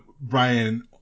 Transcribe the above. Brian